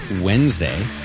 Wednesday